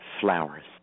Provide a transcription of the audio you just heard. flowers